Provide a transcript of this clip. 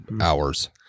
hours